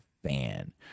fan